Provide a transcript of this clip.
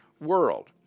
world